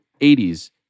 80s